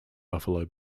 buffalo